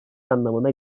anlamına